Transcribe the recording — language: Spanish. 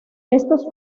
estos